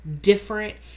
different